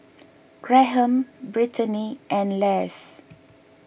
Graham Brittaney and Lars